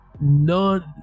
None